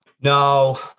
No